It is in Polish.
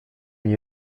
nie